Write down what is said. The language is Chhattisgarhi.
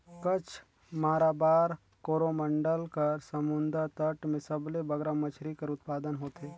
कच्छ, माराबार, कोरोमंडल कर समुंदर तट में सबले बगरा मछरी कर उत्पादन होथे